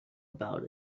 about